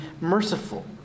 merciful